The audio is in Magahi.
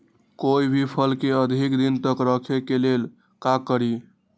कोई भी फल के अधिक दिन तक रखे के ले ल का करी?